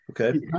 okay